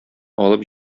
алып